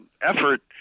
effort